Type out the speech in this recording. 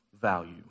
value